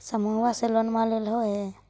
समुहवा से लोनवा लेलहो हे?